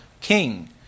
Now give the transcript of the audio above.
king